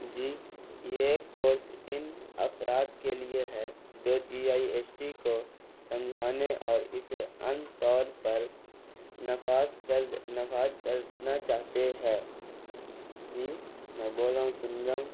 جی یہ ایک کورس ان افراد کے لیے ہے جو جی آئی ایس ٹی کو سمجھانے اور اسے ان طور پر نفاذ کر نفاذ کرنا چاہتے ہیں جی میں بول رہا ہوں سن رہا ہوں